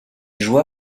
joua